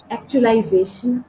actualization